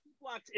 blocks